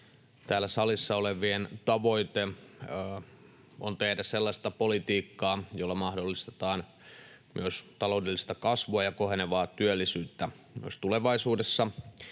täällä salissa olevien tavoite on tehdä sellaista politiikkaa, jolla mahdollistetaan taloudellista kasvua ja kohenevaa työllisyyttä myös tulevaisuudessa.